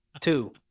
Two